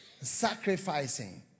Sacrificing